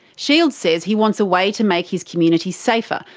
shields says he wants a way to make his community safer,